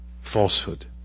Falsehood